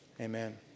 Amen